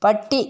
പട്ടി